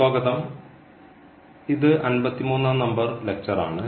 സ്വാഗതം ഇത് അമ്പത്തിമൂന്നാം നമ്പർ ലെക്ചർ ആണ്